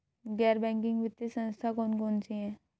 गैर बैंकिंग वित्तीय संस्था कौन कौन सी हैं?